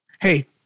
hey